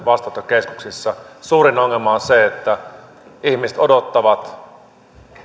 vastaanottokeskuksissa suurin ongelma on että ihmiset odottavat viikkokaupalla